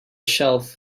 shelf